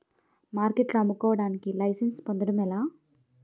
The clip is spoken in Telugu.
మార్కెట్లో అమ్ముకోడానికి లైసెన్స్ పొందడం ఎలా?